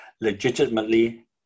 legitimately